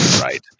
right